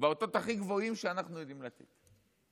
באותות הכי גבוהים שאנחנו יודעים לתת.